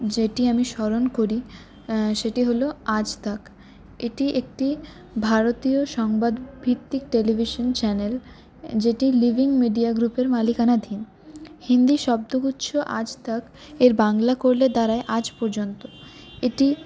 যেটি আমি স্মরণ করি সেটি হল আজ তক এটি একটি ভারতীয় সংবাদভিত্তিক টেলিভিশন চ্যানেল যেটি লিভিং মিডিয়া গ্রুপের মালিকানাধীন হিন্দি শব্দগুচ্ছ আজ তক এর বাংলা করলে দাঁড়ায় আজ পর্যন্ত এটি